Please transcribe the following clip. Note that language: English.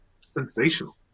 sensational